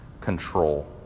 control